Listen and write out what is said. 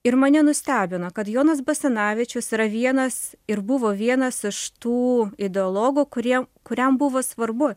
ir mane nustebino kad jonas basanavičius yra vienas ir buvo vienas iš tų ideologų kurie kuriam buvo svarbu